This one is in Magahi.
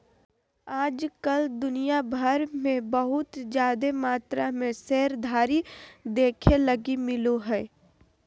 आज कल दुनिया भर मे बहुत जादे मात्रा मे शेयरधारी देखे लगी मिलो हय